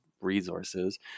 resources